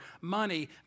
money